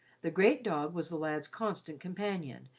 the great dog was the lad's constant companion,